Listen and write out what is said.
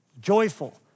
Joyful